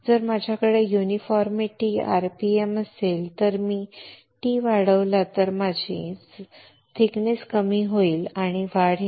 जर माझ्याकडे एकसमान आरपीएम असेल आणि जर मी टी वाढवला तर माझी जाडी कमी होईल किंवा वाढेल